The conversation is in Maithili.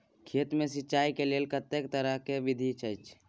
खेत मे सिंचाई के लेल कतेक तरह के विधी अछि?